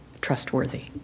trustworthy